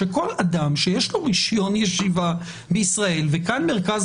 שכל אדם שיש לו רישיון ישיבה בישראל וכאן מרכז